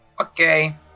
Okay